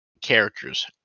characters